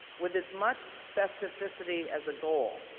with as much specificity as a goal,